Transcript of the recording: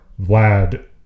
Vlad